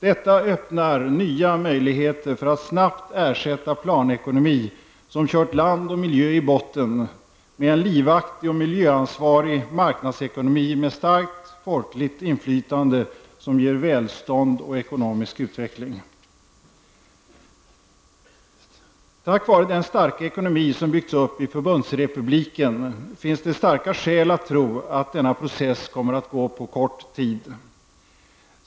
Detta öppnar nya möjligheter för att snabbt ersätta en planekonomi, som kört land och miljö i botten, med en livaktig och miljöansvarig marknadsekonomi med starkt folkligt inflytande, som ger välstånd och ekonomisk utveckling. Tack vare den starka ekonomi som byggts upp i förbundsrepubliken finns det starka skäl att tro att denna process kommer att gå fort.